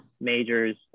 majors